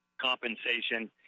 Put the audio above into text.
compensation